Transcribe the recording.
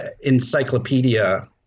encyclopedia